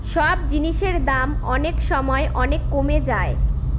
সব জিনিসের দাম অনেক সময় অনেক কমে যায়